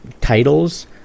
titles